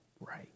right